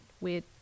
weird